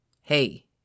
Hey